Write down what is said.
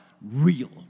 real